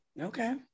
Okay